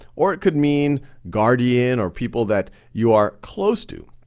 or it could mean guardian or people that you are close to.